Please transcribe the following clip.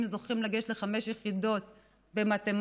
זוכים לגשת לחמש יחידות במתמטיקה.